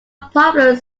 popular